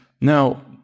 now